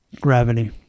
Gravity